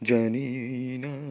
Janina